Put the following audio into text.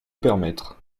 permettre